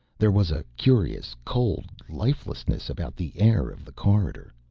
there was a curious cold lifelessness about the air of the corridor,